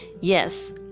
Yes